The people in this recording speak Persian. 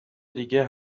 دیگه